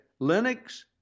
Linux